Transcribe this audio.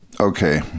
Okay